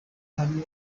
hamwe